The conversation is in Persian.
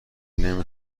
نمی